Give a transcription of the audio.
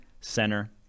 center